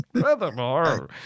Furthermore